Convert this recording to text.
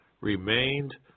remained